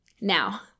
Now